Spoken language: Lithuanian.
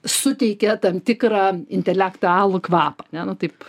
suteikia tam tikrą intelektualų kvapą ne nu taip